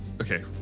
Okay